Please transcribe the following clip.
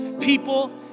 people